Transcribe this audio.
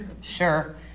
Sure